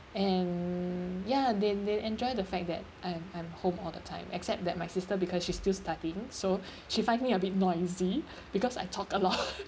and ya then they enjoy the fact that I'm I'm home all the time except that my sister because she's still studying so she finds me a bit noisy because I talk a lot